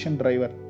driver